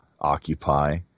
occupy